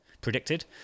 predicted